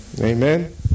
Amen